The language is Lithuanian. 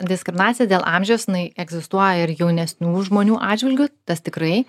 diskriminacija dėl amžiaus jinai egzistuoja ir jaunesnių žmonių atžvilgiu tas tikrai